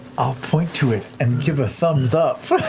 i'll point to it and give a thumbs up.